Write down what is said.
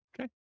okay